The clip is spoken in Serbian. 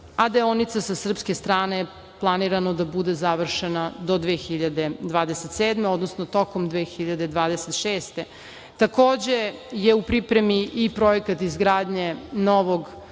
deonica sa srpske strane planirano je da bude završena do 2027. godine, odnosno tokom 2026. godine. Takođe je u pripremi i projekat izgradnje novog